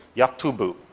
yaktubu,